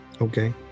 okay